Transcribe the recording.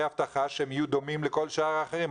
הבטחה שהם יהיו דומים לכל שאר האחרים?